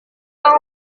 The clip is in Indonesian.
kamu